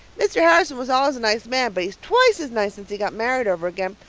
mr. harrison was always a nice man, but he's twice as nice since he got married over again.